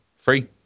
free